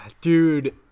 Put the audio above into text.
dude